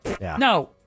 No